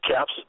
caps